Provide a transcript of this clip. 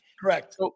Correct